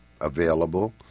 available